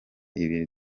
ibiri